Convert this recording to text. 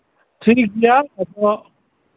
ᱴᱷᱤᱠᱜᱮᱭᱟ ᱟᱫᱚ